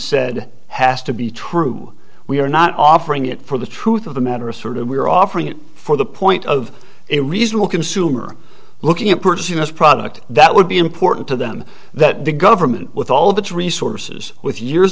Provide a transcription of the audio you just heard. said has to be true we are not offering it for the truth of the matter asserted we are offering it for the point of a reasonable consumer looking important us product that would be important to them that the government with all of its resources with years